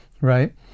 right